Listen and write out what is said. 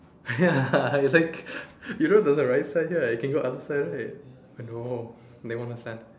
ya you're like you don't go the right side lah you can go the other side right ya I know they don't understand